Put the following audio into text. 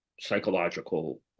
psychological